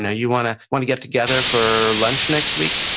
yeah you want to want to get together for lunch next week?